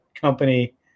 company